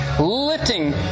Lifting